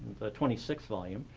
the twenty sixth volume.